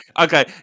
Okay